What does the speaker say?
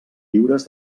lliures